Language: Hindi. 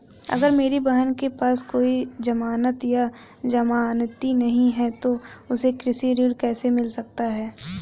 अगर मेरी बहन के पास कोई जमानत या जमानती नहीं है तो उसे कृषि ऋण कैसे मिल सकता है?